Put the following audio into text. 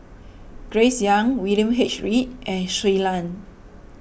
Grace Young William H Read and Shui Lan